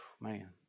Man